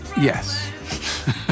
Yes